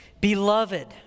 Beloved